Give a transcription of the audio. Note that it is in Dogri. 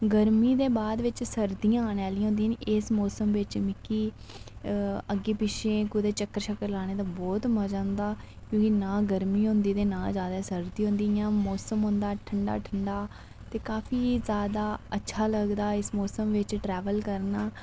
गर्मी दे बाद सर्दियां आने आह्लियां होंदियां नी इस मौसम बिच मिकी अग्गै पिच्छेै चक्कर शक्कर लाने दा बहुत मजा आंदा क्योंकि ना गर्मी हुंदी ते ना ज्यादा सर्दी हुंदी इयां मौसम हुंदा ठंडा ठंडा ते काफी ज्यादा अच्छा लगदा एस्स मौसम बिच ट्रैवल करना